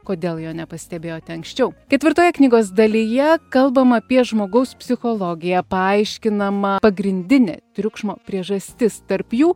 kodėl jo nepastebėjote anksčiau ketvirtoje knygos dalyje kalbama apie žmogaus psichologiją paaiškinama pagrindinė triukšmo priežastis tarp jų